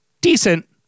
Decent